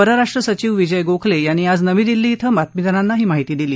परराष्ट्र सचिव विजय गोखले यांनी आज नवी दिल्ली इथं बातमीदारांना ही माहिती दिली